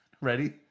Ready